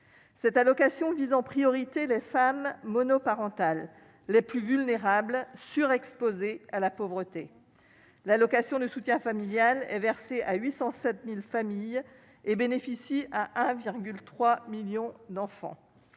Cette allocation vise en priorité les femmes monoparentales les plus vulnérables surexposés à la pauvreté, l'allocation de soutien familial et versée à 807000 familles et bénéficie à 3 millions d'enfants